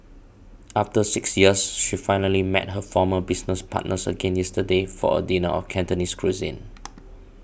after six years she finally met her former business partners again yesterday for a dinner of Cantonese cuisine